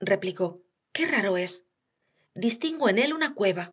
replicó qué raro es distingo en él una cueva